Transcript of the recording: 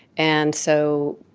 and so,